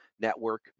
network